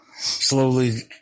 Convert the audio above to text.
slowly